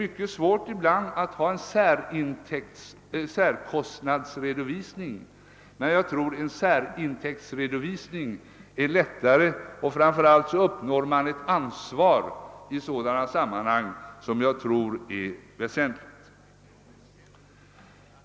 Det är ibland svårt att få fram en särkostnadsredovisning, men jag tror det är lättare att göra en <särintäktsredovisning, och framför allt åstadkommer man på detta sätt ett ansvar, vilket jag tror är väsentligt i sådana sammanhang.